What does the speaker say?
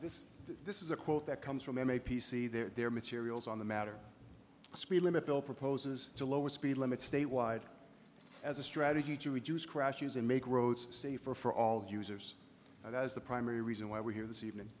this is this is a quote that comes from a p c their materials on the matter speed limit bill proposes to lower speed limits statewide as a strategy to reduce crashes and make roads safer for all users that is the primary reason why we're here this evening